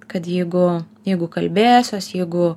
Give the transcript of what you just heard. kad jeigu jeigu kalbėsiuos jeigu